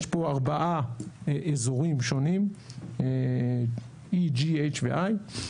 יש פה ארבעה אזורים שונים, EGH ו-I.